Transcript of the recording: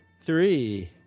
Three